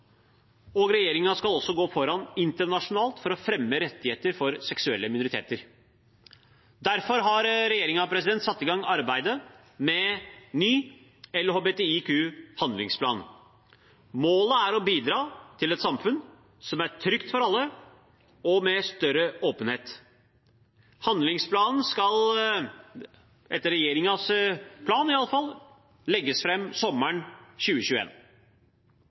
gå foran internasjonalt for å fremme rettigheter for seksuelle minoriteter Derfor har regjeringen satt i gang arbeidet med ny LHBTIQ-handlingsplan. Målet er å bidra til et samfunn som er trygt for alle, og med større åpenhet. Handlingsplanen skal etter regjeringens plan legges fram sommeren